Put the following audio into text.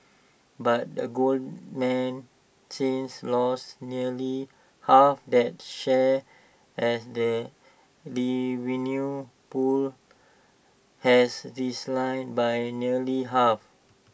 but the Goldman since lost nearly half that share as the revenue pool has declined by nearly half